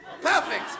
Perfect